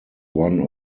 one